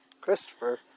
Christopher